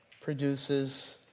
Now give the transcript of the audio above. produces